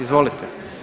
Izvolite.